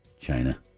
China